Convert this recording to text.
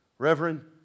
Reverend